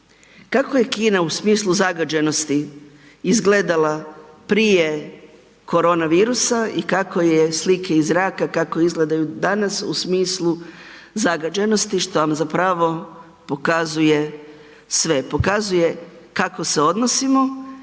kako je Kina u smislu zagađenosti izgledala prije koronavirusa i kako je, slike iz zraka, kako izgledaju danas u smislu zagađenosti, što vam zapravo pokazuje sve. Pokazuje kako se odnosimo